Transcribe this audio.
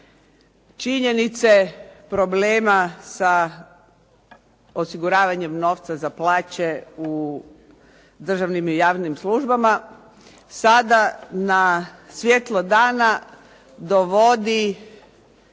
Činjenice problema sa osiguravanjem novca za plaće u državnim i javnim službama sada na svjetlo dana dovodi